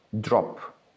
drop